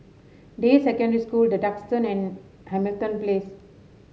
Deyi Secondary School The Duxton and Hamilton Place